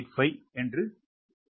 985